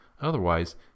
otherwise